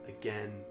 again